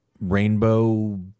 rainbow